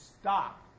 stop